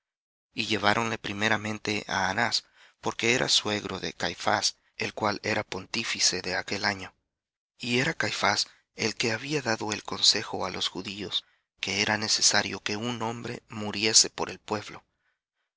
y lleváronle primeramente á anás porque era suegro de caifás el cual era pontífice de aquel año y era caifás el que había dado el consejo á los judíos que era necesario que un hombre muriese por el pueblo